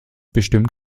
bestimmt